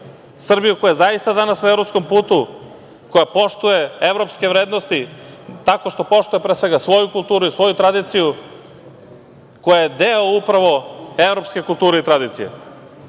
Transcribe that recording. Srbiju koja je zaista danas na evropskom putu, koja poštuje evropske vrednosti, tako što poštuje pre svega svoju kulturu i svoju tradiciju, koja je deo upravo evropske kulture i tradicije.I